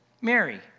Mary